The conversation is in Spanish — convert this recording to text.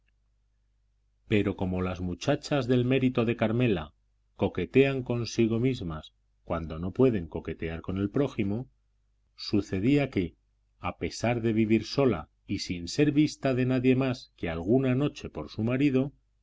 pero como las muchachas del mérito de carmela coquetean consigo mismas cuando no pueden coquetear con el prójimo sucedía que a pesar de vivir sola y sin ser vista de nadie más que alguna noche por su marido